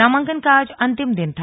नामांकन का आज अंतिम दिन था